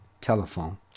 Telephone